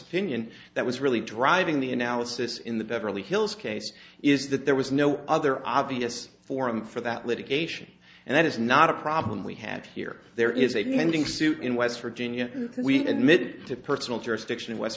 opinion that was really driving the analysis in the beverly hills case is that there was no other obvious forum for that litigation and that is not a problem we had here there is a mending suit in west virginia we admit it to personal jurisdiction in west